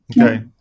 Okay